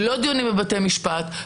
לא דיונים בבתי משפט,